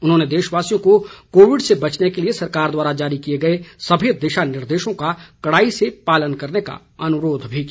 उन्होंने देशवासियों को कोविड से बचने के लिए सरकार द्वारा जारी किए गए सभी दिशा निर्देशों का कड़ाई से पालन करने का अनुरोध भी किया